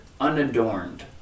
unadorned